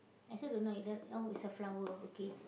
I also don't know d~ oh it's a flower okay